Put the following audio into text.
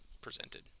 presented